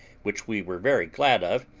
which we were very glad of,